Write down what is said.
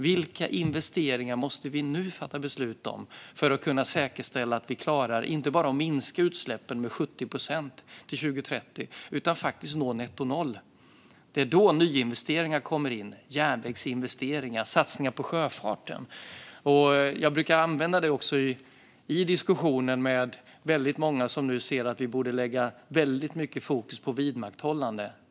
Vilka investeringar måste vi nu fatta beslut om för att kunna säkerställa att vi klarar inte bara att minska utsläppen med 70 procent till 2030 utan också att nå nettonollutsläpp? Det är då nyinvesteringar kommer in. Det handlar om järnvägsinvesteringar och satsningar på sjöfarten. Jag brukar använda detta också i diskussionen med många som nu anser att vi borde lägga väldigt mycket fokus på vidmakthållande.